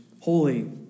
holy